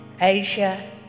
Asia